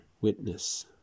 witness